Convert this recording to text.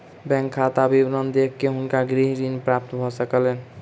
bank खाता विवरण देख के हुनका गृह ऋण प्राप्त भ सकलैन